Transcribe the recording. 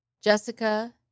Jessica